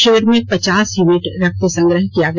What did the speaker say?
शिविर में पचास यूनिट रक्त संग्रह किया गया